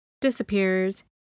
disappears